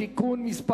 (רישוי) (תיקון מס'